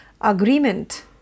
agreement